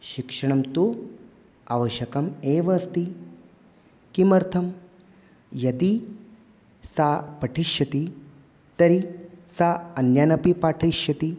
शिक्षणं तु आवश्यकम् एव अस्ति किमर्थं यदि सा पठिष्यति तर्हि सा अन्यानपि पाठयिष्यति